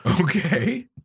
Okay